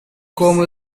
como